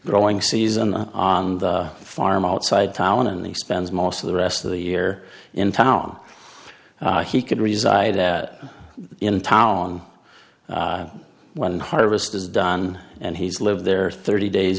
growing season on the farm outside town and he spends most of the rest of the year in town he could reside at in town when harvest is done and he's lived there thirty days